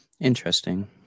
Interesting